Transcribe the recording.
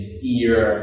fear